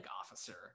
Officer